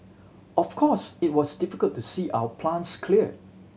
of course it was difficult to see our plants cleared